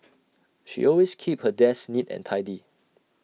she always keeps her desk neat and tidy